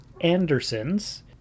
Andersons